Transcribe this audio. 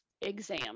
exam